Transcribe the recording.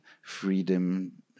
freedom